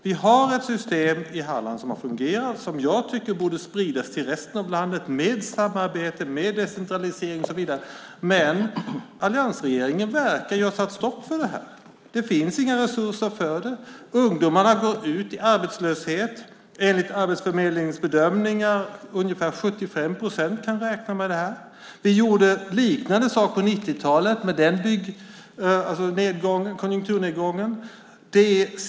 Vi har ju ett system i Halland som har fungerat och som jag tycker borde spridas till resten av landet - system med samarbete, med decentralisering och så vidare. Men samtidigt verkar alliansregeringen ha satt stopp för detta. Det finns inga resurser till det. Ungdomar går ut i arbetslöshet. Enligt Arbetsförmedlingens bedömningar kan ungefär 75 procent räkna med det. Under konjunkturnedgången på 1990-talet gjorde vi liknande saker.